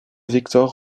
victor